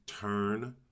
turn